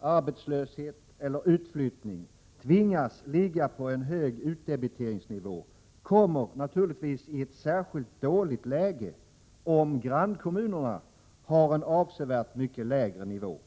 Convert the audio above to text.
arbetslöshet eller utflyttning — tvingas ligga på en hög utdebiteringsnivå kommer naturligtvis i ett särskilt dåligt läge, om grannkommunerna har en avsevärt lägre nivå.